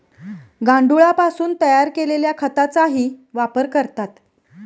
गांडुळापासून तयार केलेल्या खताचाही वापर करतात